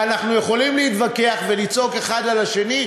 ואנחנו יכולים להתווכח ולצעוק אחד על השני,